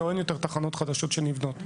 זהו, אין יותר תחנות חדשות שנבנות.